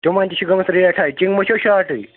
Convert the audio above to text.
تِمَن تہِ چھِ گٔٔمٕژ ریٹ ہاے چنٛگمہٕ چھَو شارٹٕے